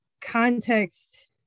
context